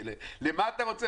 למה אתה רוצה?